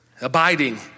Abiding